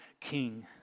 king